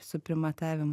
su primatavimu